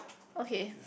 okay